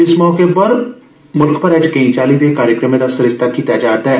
इस मौके पर मुल्ख भरै च केई चाली दे कार्यक्रमें दा सरिस्ता कीता जा'रदा ऐ